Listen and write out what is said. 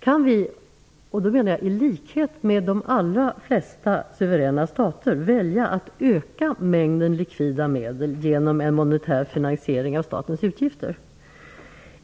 Kan vi - och då menar jag i likhet med de allra flesta suveräna stater - välja att öka mängden likvida medel genom en monetär finansiering av statens utgifter?